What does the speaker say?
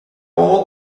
all